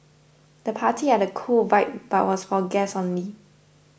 the party had a cool vibe but was for guests only